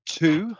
two